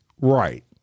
right